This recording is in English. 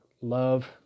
love